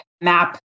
map